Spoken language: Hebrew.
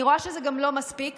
אני רואה שזה גם לא מספיק.